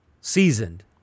seasoned